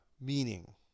meaning